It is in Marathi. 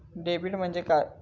डेबिट म्हणजे काय?